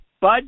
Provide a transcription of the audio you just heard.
Bud